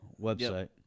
website